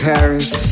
Paris